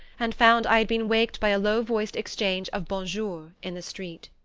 and found i had been waked by a low-voiced exchange of bonjours in the street.